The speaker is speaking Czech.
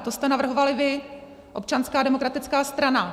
To jste navrhovali vy, Občanská demokratická strana.